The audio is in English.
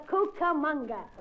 Cucamonga